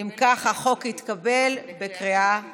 אם כך, החוק התקבל בקריאה שלישית.